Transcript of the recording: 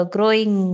Growing